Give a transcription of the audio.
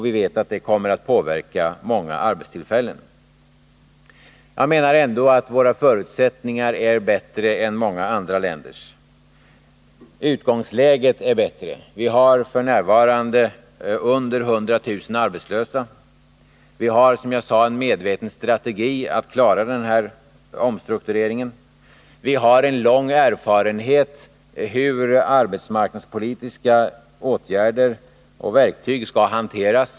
Vi vet att den kommer att påverka många arbetstillfällen. Jag menar ändå att våra förutsättningar är bättre än många andra länders. Utgångsläget är bättre. Vi har f. n. under 100 000 arbetslösa. Vi har —som jag sade — en medveten strategi när det gäller att klara den här omstruktureringen. Vi har lång erfarenhet av hur arbetsmarknadspolitiska åtgärder och verktyg skall hanteras.